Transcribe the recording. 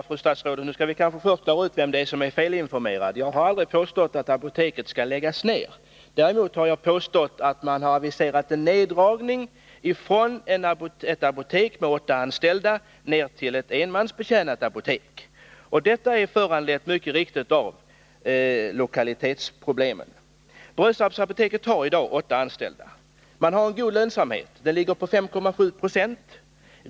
Fru talman! Nu skall vi kanske först klara ut vem det är som är felinformerad, fru statsråd. Jag har aldrig påstått att apoteket skall läggas ner. Däremot har jag påstått att man har aviserat en neddragning från ett apotek med åtta anställda till ett enmansbetjänat apotek. Detta är mycket riktigt föranlett av lokalitetsproblemen. Brösarpsapoteket har i dag åtta anställda. Man har en god lönsamhet — den ligger på 5,7 20.